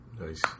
Nice